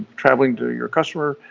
traveling to your customer,